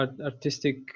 artistic